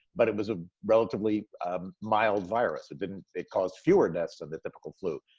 but it was a relatively mild virus. it didn't, it caused fewer deaths than the typical flu.